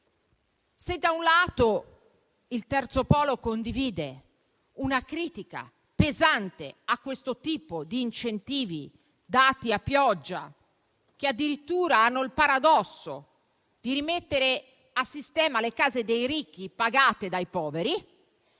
se da un lato il terzo polo condivide una critica pesante a questo tipo di incentivi dati a pioggia, che addirittura ha il paradosso di rimettere a sistema le case dei ricchi pagate dai poveri,